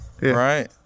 right